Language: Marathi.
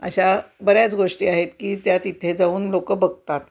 अशा बऱ्याच गोष्टी आहेत की त्या तिथे जाऊन लोकं बघतात